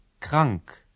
Krank